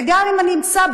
גם אם אני אמצא,